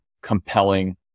compelling